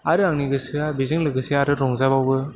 आरो आंनि गोसोया बेजों लोगोसे आरो रंजाबावो